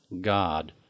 God